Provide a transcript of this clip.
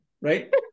right